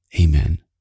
amen